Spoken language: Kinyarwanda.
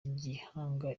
gihanga